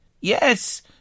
yes